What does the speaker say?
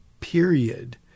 period